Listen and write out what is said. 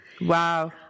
Wow